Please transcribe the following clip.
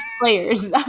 players